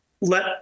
Let